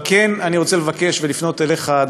אבל אני רוצה לפנות אליך,